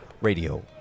radio